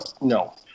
No